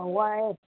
ꯋꯥꯏꯌꯦ